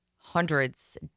hundreds